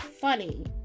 funny